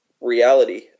reality